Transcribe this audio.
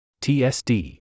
TSD